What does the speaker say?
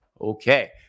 Okay